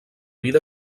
vida